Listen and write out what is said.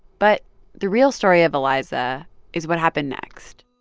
but the real story of eliza is what happened next.